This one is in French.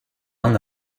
l’un